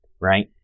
right